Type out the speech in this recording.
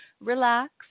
Relax